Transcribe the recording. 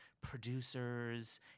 producers